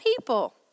people